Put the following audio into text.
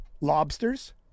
Lobsters